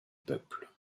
peuple